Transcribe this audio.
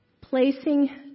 Placing